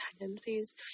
tendencies